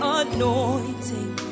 anointing